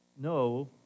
no